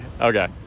Okay